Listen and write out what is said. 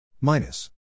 minus